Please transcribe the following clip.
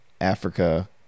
Africa